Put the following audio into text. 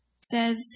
says